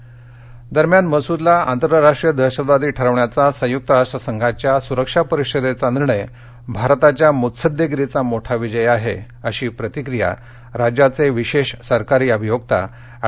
निकम दरम्यान मसूदला आंतर राष्ट्रीय दहशतवादी ठरवण्याचा संयुक्त राष्ट्रसंघाच्या सुरक्षा परिषदेचा निर्णय भारताच्या मुत्सद्देगिरीचा मोठा विजय आहे अशी प्रतिक्रीया राज्याचे विशेष सरकारी अभियोक्ता अँड